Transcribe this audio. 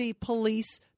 Police